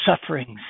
sufferings